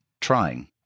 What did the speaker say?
trying